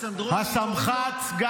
שמח"ט אלכסנדרוני,